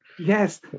Yes